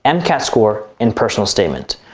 and mcat score and personal statement.